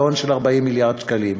לגירעון של 40 מיליארד שקלים.